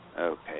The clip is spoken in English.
Okay